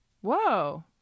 Whoa